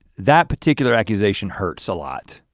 that particular accusation hurts a lot.